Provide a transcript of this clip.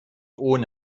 ohne